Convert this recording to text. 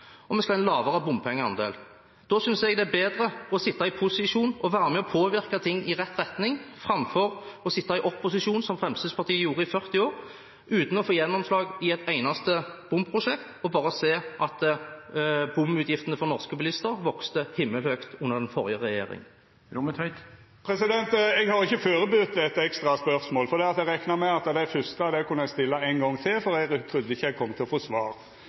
og vi skal ha en lavere bompengeandel. Da synes jeg det er bedre å sitte i posisjon og være med og påvirke ting i rett retning framfor å sitte i opposisjon – som Fremskrittspartiet gjorde i 40 år – uten å få gjennomslag i et eneste bompengeprosjekt og bare se at bompengeutgiftene for norske bilister vokste himmelhøyt under den forrige regjering. Eg har ikkje førebudd eit ekstra spørsmål, fordi eg rekna med at eg kunne stilla det første spørsmålet ein gong til, for eg trudde ikkje eg kom til å få svar.